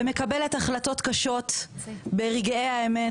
ומקבלת החלטות קשות ברגעי האמת.